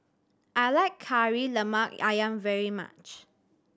I like Kari Lemak Ayam very much